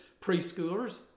Preschoolers